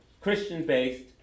Christian-based